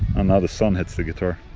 and now the sun hits the guitar